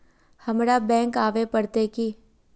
हमरा बैंक आवे पड़ते की?